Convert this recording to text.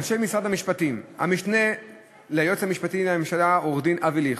אנשי משרד המשפטים: המשנה ליועץ המשפטי לממשלה עורך-דין אבי ליכט,